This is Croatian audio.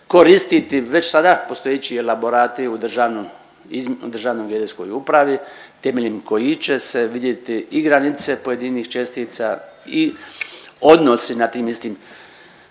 koristiti već sada postojeći elaborati u Državnoj geodetskoj upravi temeljem kojih će se vidjeti i granice pojedinih čestica i odnosi na tim istim